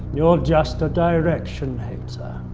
you're just a direction hater.